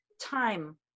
time